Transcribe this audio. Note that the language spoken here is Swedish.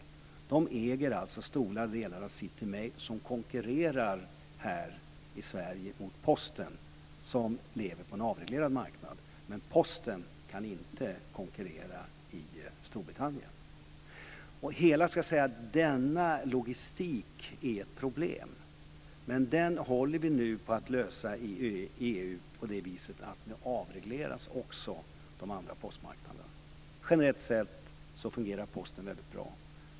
Man äger alltså stora delar av City Mail som konkurrerar här i Sverige med Posten som lever på en avreglerad marknad. Men Posten kan inte konkurrera i Storbritannien. Hela denna logistik är ett problem, men det håller vi nu på att lösa i EU på det viset att också de andra postmarknaderna nu avregleras. Generellt sett fungerar Posten väldigt bra.